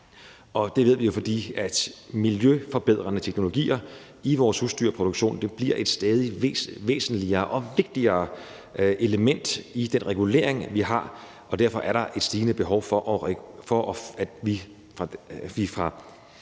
Det vil vi jo, fordi miljøforbedrende teknologier i vores husdyrproduktion bliver et stadig væsentligere og vigtigere element i den regulering, vi har, og derfor er der et stigende behov for, at vi fra